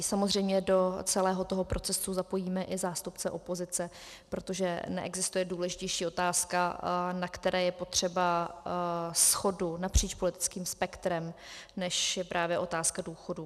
Samozřejmě do celého procesu zapojíme i zástupce opozice, protože neexistuje důležitější otázka, na které je potřeba shodu napříč politickým spektrem, než je právě otázka důchodů.